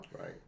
Right